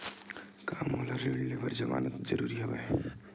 का मोला ऋण ले बर जमानत जरूरी हवय?